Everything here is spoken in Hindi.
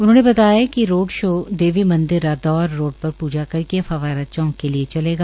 उन्होंने बताया कि रोड शो देवी मंदिर रादौर रोड पर पूजा करके फव्वारा चौंक के लिये चलेगा